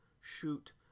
shoot